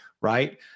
right